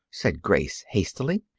said grace hastily.